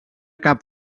cap